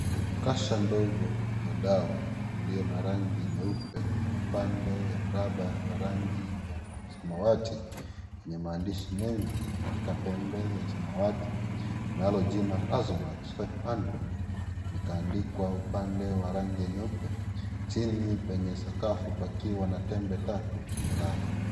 Kasha ndogo ya dawa iliyo na rangi nyeupe na pande ya mraba ya rangi ya samawati yenye maandishi mengi katika pembe ya samawati nalo jina Azomax 500 likaandikwa upande wa rangi ya nyeupe chini penye sakafu pakiwa na tembe tatu zimelala.